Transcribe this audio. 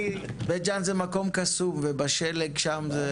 בית ג'ן זה מקום קסום ובשלג שם.